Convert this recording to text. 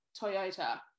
Toyota